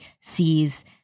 sees